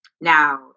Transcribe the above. Now